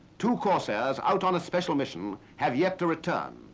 two corsairs, out on a special mission, have yet to return.